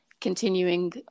continuing